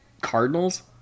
Cardinals